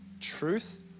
Truth